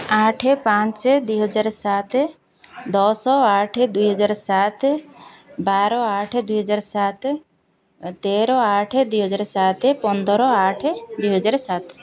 ଆଠ ପାଞ୍ଚ ଦୁଇ ହଜାର ସାତ ଦଶ ଆଠ ଦୁଇ ହଜାର ସାତ ବାର ଆଠ ଦୁଇ ହଜାର ସାତ ତେର ଆଠ ଦୁଇ ହଜାର ସାତ ପନ୍ଦର ଆଠ ଦୁଇ ହଜାର ସାତ